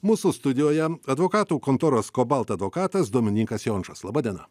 mūsų studijoje advokatų kontoros cobalt advokatas dominykas jončas laba diena